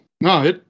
No